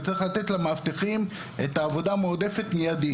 צריך לתת מידית את העבודה המועדפת למאבטחים.